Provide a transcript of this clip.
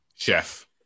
Chef